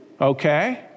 Okay